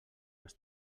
les